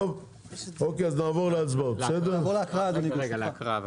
טוב אוקיי אז נעבור להצבעות, בסדר להקראה בבקשה.